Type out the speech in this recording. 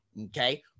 okay